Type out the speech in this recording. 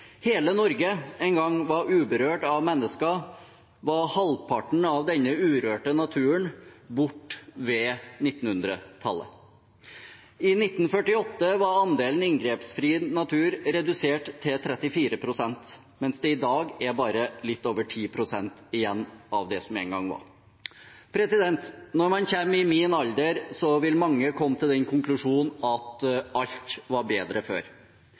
hele Norge en gang var uberørt av mennesker, var halvparten av denne urørte naturen borte ved år 1900. I 1948 var andelen inngrepsfri natur redusert til 34 pst., mens det i dag bare er litt over 10 pst. igjen av det som en gang var. Når man når min alder, vil mange komme til den konklusjonen at alt var bedre før.